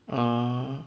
orh